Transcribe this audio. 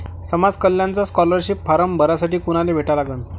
समाज कल्याणचा scholarship form भरासाठी कुनाले भेटा लागन?